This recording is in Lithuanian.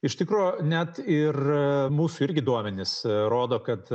iš tikro net ir mūsų irgi duomenys rodo kad